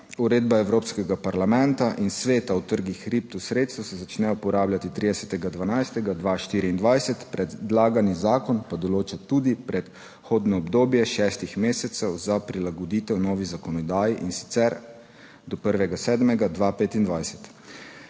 Uredba Evropskega parlamenta in Sveta o trgih kriptosredstev se začne uporabljati 30. 12. 2024, predlagani zakon pa določa tudi prehodno obdobje šestih mesecev za prilagoditev novi zakonodaji, in sicer do 1. 7. 2025.